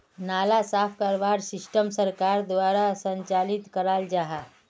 नाला साफ करवार सिस्टम सरकार द्वारा संचालित कराल जहा?